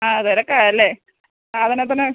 ആ തിരക്കാണ് അല്ലേ സാധനത്തിന്